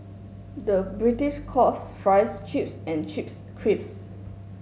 the British calls fries chips and chips crisps